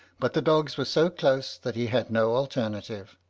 but the dogs were so close that he had no alternative.